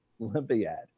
Olympiad